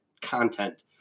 content